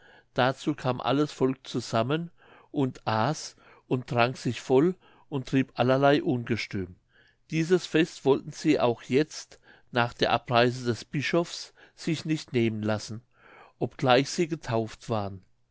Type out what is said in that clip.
dazu kam alles volk zusammen und aß und trank sich voll und trieb allerlei ungestüm dieses fest wollten sie auch jetzt nach der abreise des bischofs sich nicht nehmen lassen obgleich sie getauft waren